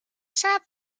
sat